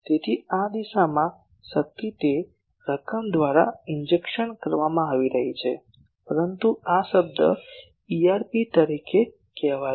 તેથી આ દિશામાં શક્તિ તે રકમ દ્વારા ઇન્જેક્શન કરવામાં આવી રહી છે પરંતુ આ શબ્દ EIRP કહેવાય છે